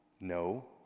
no